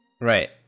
Right